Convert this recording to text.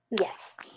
yes